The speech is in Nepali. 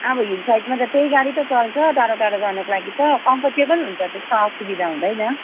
अब हिल साइडमा त्यही गाडी त चल्छ टाढो टाढो जानुको लागि त कम्फोर्टेबल हुन्छ त्यस्तो असुविधा हुँदैन